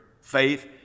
faith